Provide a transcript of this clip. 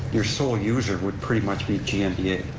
your sole user would pretty much be the gnba.